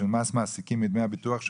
של מס מעסיקים מדמי הביטוח,